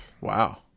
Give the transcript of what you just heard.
wow